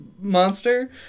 monster